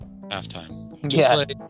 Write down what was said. halftime